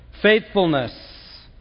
Faithfulness